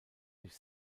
sich